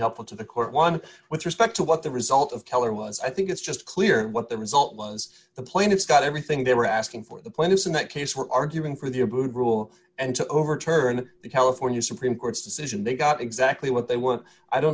helpful to the court one with respect to what the result of color was i think it's just clear what the result was the plaintiffs got everything they were asking for the plaintiffs in that case were arguing for the abboud rule and to overturn the california supreme court's decision they got exactly what they want i don't